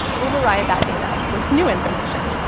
override that data with new information.